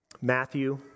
Matthew